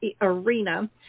arena